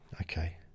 okay